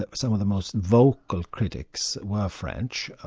ah but some of the most vocal critics were french,